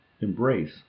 embrace